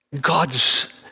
God's